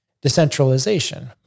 decentralization